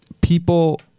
people